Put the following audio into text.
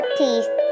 teeth